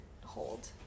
hold